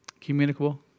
communicable